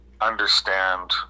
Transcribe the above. understand